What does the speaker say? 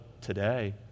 today